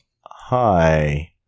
hi